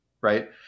right